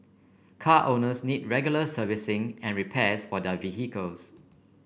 car owners need regular servicing and repairs for their vehicles